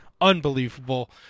Unbelievable